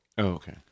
Okay